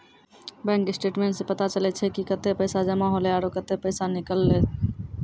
bank statements सें पता चलै छै कि कतै पैसा जमा हौले आरो कतै पैसा निकललै